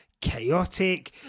chaotic